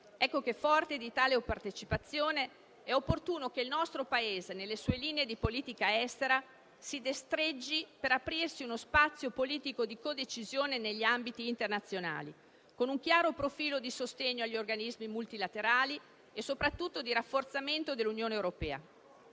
Ecco che, forte di tale partecipazione, è opportuno che il nostro Paese, nelle sue linee di politica estera, si destreggi per aprirsi uno spazio politico di co-decisione negli ambiti internazionali, con un chiaro profilo di sostegno agli organismi multilaterali e soprattutto di rafforzamento dell'Unione europea.